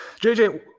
JJ